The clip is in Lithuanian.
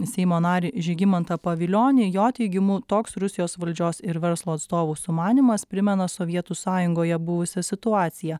seimo narį žygimantą pavilionį jo teigimu toks rusijos valdžios ir verslo atstovų sumanymas primena sovietų sąjungoje buvusią situaciją